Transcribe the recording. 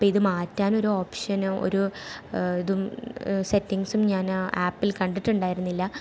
അപ്പം ഇത് മാറ്റാനൊരു ഓപ്ഷനോ ഒരു ഇതും സെറ്റിങ്ങ്സും ഞാൻ ആപ്പിൽ കണ്ടിട്ടുണ്ടായിരുന്നില്ല